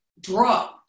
drugged